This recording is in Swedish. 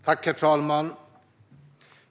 Herr talman!